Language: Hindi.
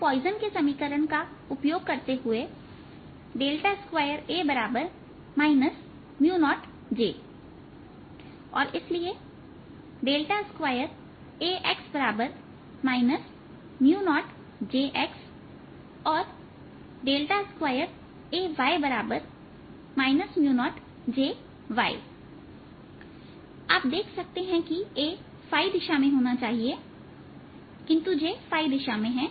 अब पॉइजन के समीकरण का उपयोग करते हुए2A 0Jऔर इसलिए 2Ax 0Jxऔर 2Ay 0Jy आप देख सकते हैं कि A दिशा में होना चाहिए किंतु J दिशा में है